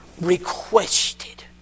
requested